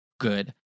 good